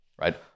Right